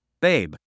babe